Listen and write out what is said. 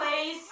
place